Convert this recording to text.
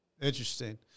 Interesting